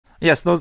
Yes